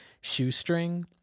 shoestring